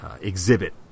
exhibit